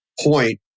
point